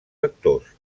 actors